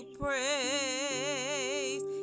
praise